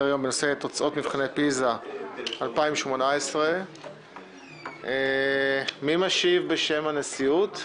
היום בנושא תוצאות מבחני פיזה 2018. מי משיב בשם הנשיאות?